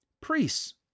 priests